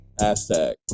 hashtag